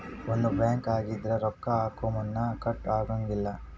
ಒಂದ ಬ್ಯಾಂಕ್ ಆಗಿದ್ರ ರೊಕ್ಕಾ ಹಾಕೊಮುನ್ದಾ ಕಟ್ ಆಗಂಗಿಲ್ಲಾ